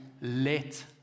let